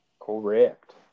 Correct